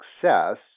success